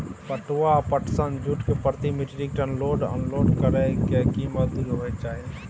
पटुआ या पटसन, जूट के प्रति metric ton load unload करै के की मजदूरी होय चाही?